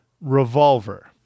Revolver